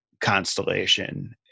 constellation